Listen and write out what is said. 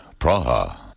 Praha